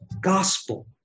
gospel